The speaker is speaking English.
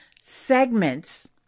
segments